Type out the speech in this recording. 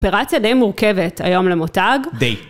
אופרציה די מורכבת, היום למותג. -די.